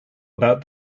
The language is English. about